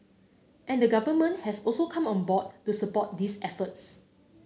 and the Government has also come on board to support these efforts